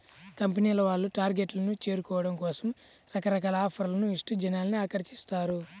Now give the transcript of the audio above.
కంపెనీల వాళ్ళు టార్గెట్లను చేరుకోవడం కోసం రకరకాల ఆఫర్లను ఇస్తూ జనాల్ని ఆకర్షిస్తారు